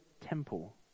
temple